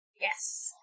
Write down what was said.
Yes